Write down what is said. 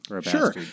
Sure